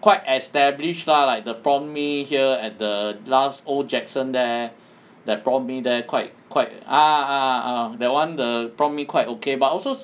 quite establish lah like the prawn mee here at the 老 old jackson there that prawn mee there quite quite ah ah ah that one the prawn mee quite ok but also